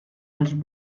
als